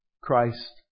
Christ